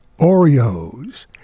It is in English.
Oreos